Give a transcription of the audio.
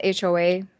HOA